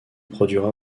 produira